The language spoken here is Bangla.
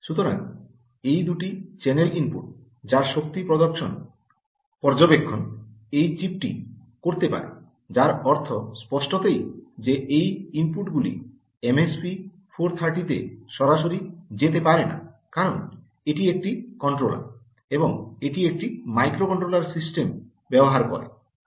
সুতরাং এই দুটি চ্যানেল ইনপুট যার শক্তি পর্যবেক্ষণ এই চিপটি করতে পারে যার অর্থ স্পষ্টতই যে এই ইনপুট গুলি এমএসপি 430 তে সরাসরি যেতে পারে না কারণ এটি একটি কন্ট্রোলার এবং এটি একটি মাইক্রোকন্ট্রোলার সিস্টেম ব্যবহার করে